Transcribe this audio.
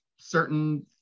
certain